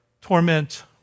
torment